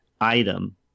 item